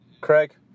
Craig